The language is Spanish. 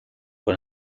con